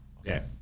Okay